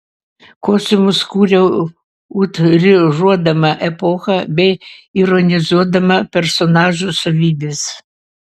kostiumus kūriau utriruodama epochą bei ironizuodama personažų savybes